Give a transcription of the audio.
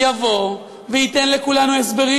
יבוא וייתן לכולנו הסברים: